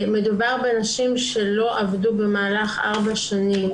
מדובר בנשים שלא עבדו במהלך ארבע שנים